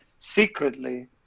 secretly